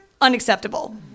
unacceptable